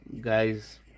guys